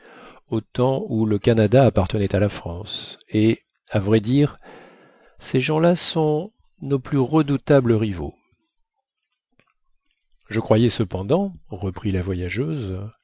temps où le canada appartenait à la france et à vrai dire ces gens-là sont nos plus redoutables rivaux je croyais cependant reprit la voyageuse